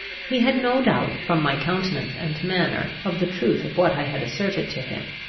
he had no doubt, from my countenance and manner, of the truth of what i had asserted to him.